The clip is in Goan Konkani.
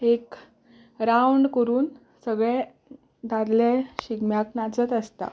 एक रावंड करून सगळे दादले शिगम्याक नाचत आसता